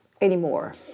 anymore